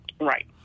Right